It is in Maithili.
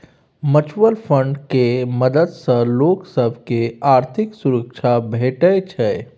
म्युचुअल फंड केर मदद सँ लोक सब केँ आर्थिक सुरक्षा भेटै छै